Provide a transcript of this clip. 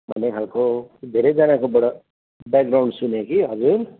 भन्ने खालको धेरैजनाकोबाट ब्याकग्राउन्ड सुने कि हजुर